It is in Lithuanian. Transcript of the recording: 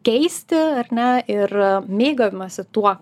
keisti ar ne ir mėgavimąsi tuo